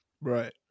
Right